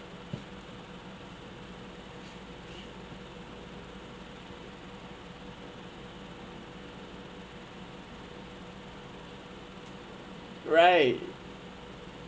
right